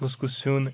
کُس کُس سیُٚن